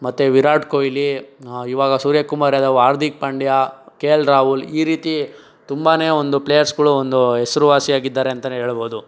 ಮತ್ತೆ ವಿರಾಟ್ ಕೊಹ್ಲಿ ಇವಾಗ Suryakumar Yadav Hardik Pandya K L Rahul ಈ ರೀತಿ ತುಂಬನೇ ಒಂದು ಪ್ಲೇಯರ್ಸ್ಗಳು ಒಂದು ಹೆಸುರುವಾಸಿಯಾಗಿದ್ದಾರೆ ಅಂತಲೇ ಹೇಳ್ಬೋದು